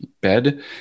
bed